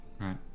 Right